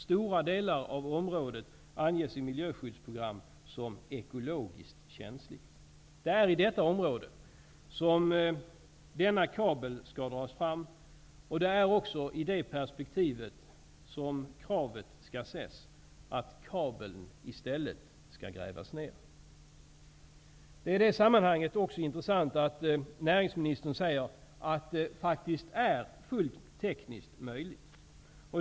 Stora delar av området anges i miljöskyddsprogram som ekologiskt känsliga. Det är i det området som kabeln skall dras fram, och det är också i det perspektivet som kravet att kabeln i stället skall grävas ned skall ses. Det är i det sammanhanget också intressant att näringsministern säger att detta faktiskt är fullt möjligt tekniskt sett.